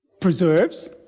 Preserves